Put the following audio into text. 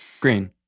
green